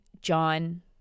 John